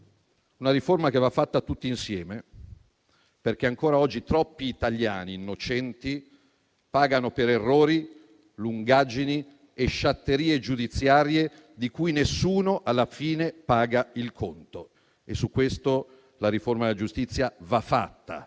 una riforma che va fatta tutti insieme, perché ancora oggi troppi italiani innocenti pagano per errori, lungaggini e sciatterie giudiziarie di cui nessuno alla fine paga il conto. Su questo la riforma della giustizia va fatta